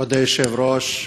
כבוד היושב-ראש,